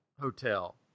hotel